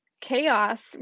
chaos